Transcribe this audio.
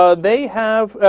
ah they have ah.